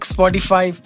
Spotify